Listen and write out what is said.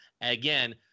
again